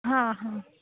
हां हां